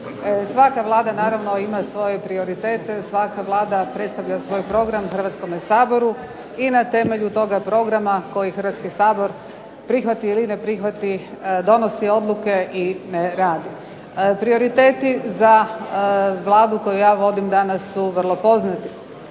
Svaka vlada naravno ima svoje prioritete, svaka vlada predstavlja svoj program Hrvatskome saboru i na temelju toga programa koji Hrvatski sabor prihvati ili ne prihvati, donosi odluke i radi. Prioriteti za Vladu koju ja vodim danas su vrlo poznati,